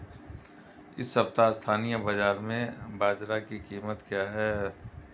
इस सप्ताह स्थानीय बाज़ार में बाजरा की कीमत क्या है?